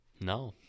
No